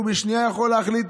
והוא בשנייה יכול להחליט,